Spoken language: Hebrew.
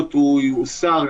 השאלה האם בהקשר הזה,